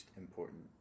important